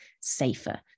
safer